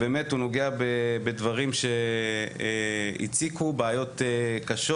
באמת הוא נוגע בדברים שהציקו, בעיות קשות.